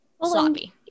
sloppy